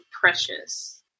Precious